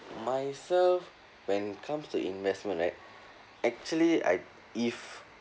myself when comes to investment right actually I if